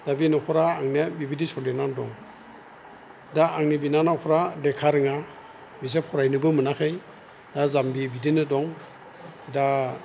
दा बे न'खरा आंनिया बिबायदि सलिनानै दङ दा आंंनि बिनानावफ्रा लेखा रोङा बिसोर फरायनोबो मोनाखै दा जाम्बि बिदिनो दं दा